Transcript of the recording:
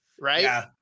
right